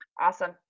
Awesome